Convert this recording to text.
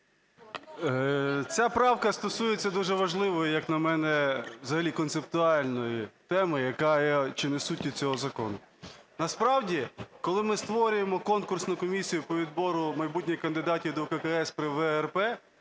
Ця правка стосується дуже важливої, як на мене, взагалі концептуальної теми, яка є чи не суттю цього закону. Насправді, коли ми створюємо конкурсну комісію по відбору майбутніх кандидатів до ВККС при ВРП,